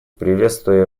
приветствую